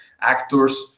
actors